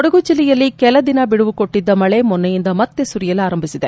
ಕೊಡಗು ಜಿಲ್ಲೆಯಲ್ಲಿ ಕೆಲ ದಿನ ಬಿಡುವು ಕೊಟ್ಟಿದ್ದ ಮಳೆ ಮೊನ್ನೆ ಯಿಂದ ಮತ್ತೆ ಸುರಿಯಲಾರಂಭಿಸಿದೆ